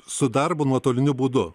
su darbu nuotoliniu būdu